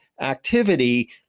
activity